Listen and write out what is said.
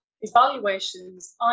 Evaluations